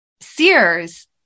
Sears